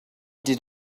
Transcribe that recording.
did